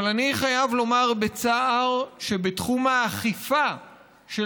אבל אני חייב לומר בצער שבתחום האכיפה של